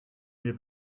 mir